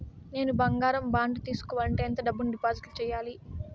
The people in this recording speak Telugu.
నేను బంగారం బాండు తీసుకోవాలంటే ఎంత డబ్బును డిపాజిట్లు సేయాలి?